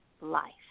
life